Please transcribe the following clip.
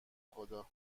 خدا